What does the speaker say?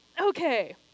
Okay